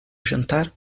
jantar